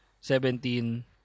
Seventeen